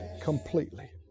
completely